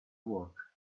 work